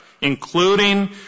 including